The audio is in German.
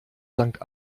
sankt